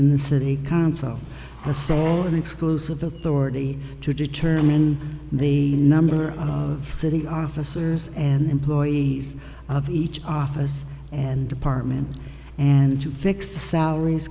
in the city council for a sale and exclusive the authority to determine the number of city officers and employees of each office and department and to fix salaries